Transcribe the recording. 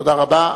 תודה רבה,